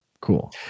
cool